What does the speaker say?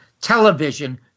television